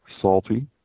salty